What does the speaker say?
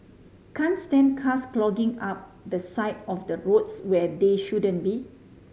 can't stand cars clogging up the side of the roads where they shouldn't be